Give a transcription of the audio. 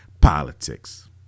politics